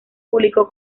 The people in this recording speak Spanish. publicó